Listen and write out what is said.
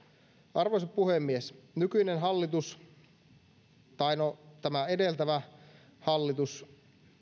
arvoisa puhemies nykyinen hallitus tai no tämä edeltävä hallitus